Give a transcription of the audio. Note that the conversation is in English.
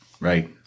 Right